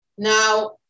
Now